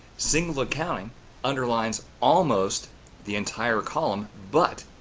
single accounting underlines almost the entire column but,